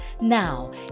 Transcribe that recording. Now